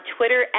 Twitter